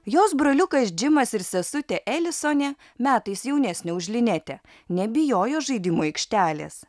jos broliukas džimas ir sesutė elisonė metais jaunesnė už linetę nebijojo žaidimų aikštelės